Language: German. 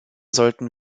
sollten